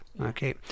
okay